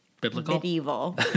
biblical